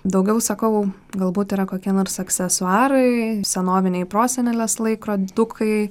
daugiau sakau galbūt yra kokie nors aksesuarai senoviniai prosenelės laikrodukai